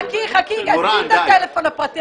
עזבי את הטלפון הפרטי.